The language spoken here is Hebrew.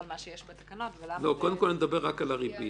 שיש בתקנות --- קודם כול אני מדבר רק על הריבית.